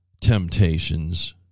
temptations